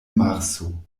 marso